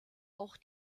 auch